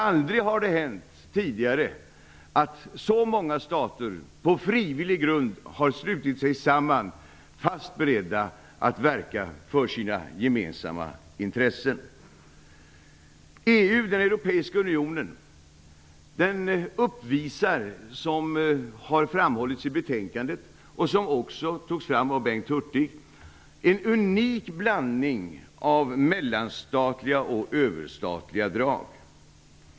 Aldrig tidigare har det hänt att så många stater på frivillig grund har slutit sig samman, fast beredda att verka för sina gemensamma intressen. EU, den europeiska unionen, uppvisar, vilket har framhållits i betänkandet och också togs fram av Bengt Hurtig, en unik blandning av mellanstatliga och överstatliga drag.